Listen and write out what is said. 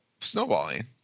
Snowballing